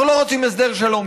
אנחנו לא רוצים הסדר שלום,